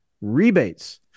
rebates